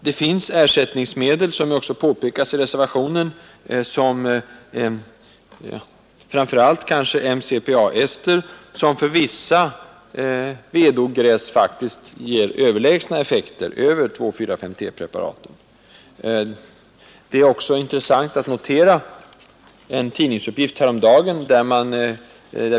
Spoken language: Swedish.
Det finns — som också påpekas i reservationen — ersättningsmedel, framför allt kanske MCPA-ester, som för vissa vedogräs faktiskt ger effekter som är överlägsna 2,4,5-T-preparatens. Det är också intressant att notera en tidningsuppgift häromdagen.